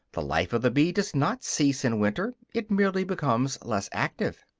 the life of the bee does not cease in winter it merely becomes less active.